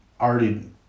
already